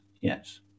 yes